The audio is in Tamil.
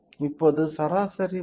இப்போது சராசரி மதிப்பை 2